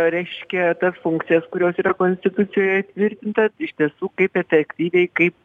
reiškia tas funkcijas kurios yra konstitucijoje įtvirtinta iš tiesų kaip efektyviai kaip